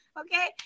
Okay